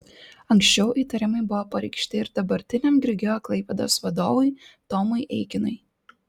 anksčiau įtarimai buvo pareikšti ir dabartiniam grigeo klaipėdos vadovui tomui eikinui